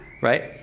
right